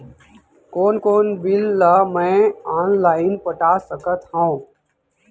कोन कोन बिल ला मैं ऑनलाइन पटा सकत हव?